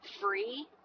free